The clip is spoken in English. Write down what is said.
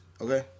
okay